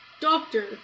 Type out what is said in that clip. Doctor